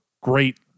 great